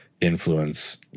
influence